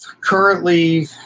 Currently